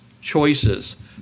choices